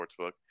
Sportsbook